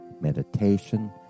meditation